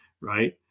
right